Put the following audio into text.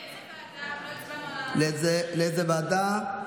לאיזו ועדה?